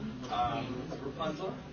Rapunzel